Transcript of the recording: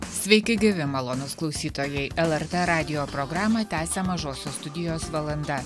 sveiki gyvi malonūs klausytojai lrt radijo programą tęsia mažosios studijos valanda